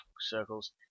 circles